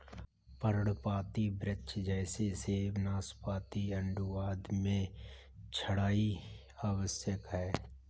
पर्णपाती वृक्ष जैसे सेब, नाशपाती, आड़ू आदि में छंटाई आवश्यक है